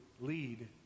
lead